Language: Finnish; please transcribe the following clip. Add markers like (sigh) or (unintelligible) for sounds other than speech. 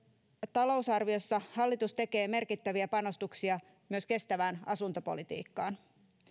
talousarviossa (unintelligible) hallitus tekee merkittäviä panostuksia myös kestävään asuntopolitiikkaan